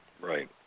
Right